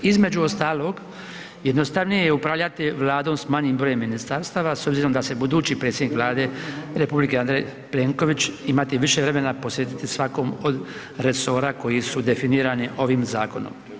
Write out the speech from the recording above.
Između ostalog jednostavnije je upravljati vladom s manjim brojem ministarstava s obzirom da se budući predsjednik vlade republike Andrej Plenković imati više vremena posvetiti svakom od resora koji su definirani ovim zakonom.